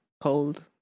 cold